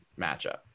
matchup